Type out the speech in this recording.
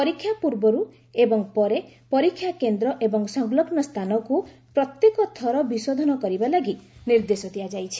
ପରୀକ୍ଷା ପୂର୍ବରୁ ଏବଂ ପରେ ପରୀକ୍ଷା କେନ୍ଦ୍ର ଏବଂ ସଂଲଗୁ ସ୍ଥାନକୁ ପ୍ରତ୍ୟେକ ଥର ବିଶୋଧନ କରିବା ଲାଗି ନିର୍ଦ୍ଦେଶ ଦିଆଯାଇଛି